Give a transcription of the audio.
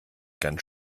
ganz